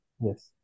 Yes